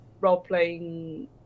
role-playing